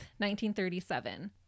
1937